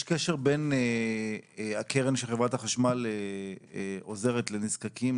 יש קשר בין הקרן שחברת החשמל עוזרת לנזקקים,